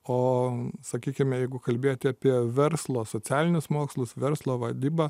o sakykime jeigu kalbėti apie verslo socialinius mokslus verslo vadybą